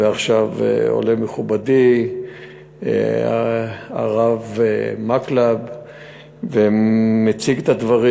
ועכשיו עולה מכובדי הרב מקלב ומציג את הדברים,